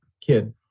kid